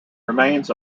remains